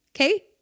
Okay